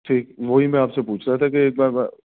ٹھیک وہی میں آپ سے پوچھ رہا تھا کہ ایک بار